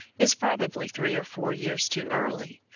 is probably three or four years too early,